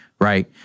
right